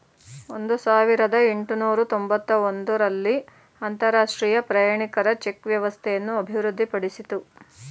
ಒಂದು ಸಾವಿರದ ಎಂಟುನೂರು ತೊಂಬತ್ತ ಒಂದು ರಲ್ಲಿ ಅಂತರಾಷ್ಟ್ರೀಯ ಪ್ರಯಾಣಿಕರ ಚೆಕ್ ವ್ಯವಸ್ಥೆಯನ್ನು ಅಭಿವೃದ್ಧಿಪಡಿಸಿತು